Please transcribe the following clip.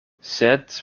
sed